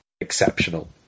exceptional